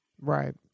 Right